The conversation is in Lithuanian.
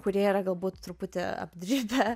kurie yra galbūt truputį apdribę